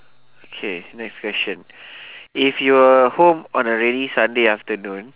okay next question if you are home on a rainy sunday afternoon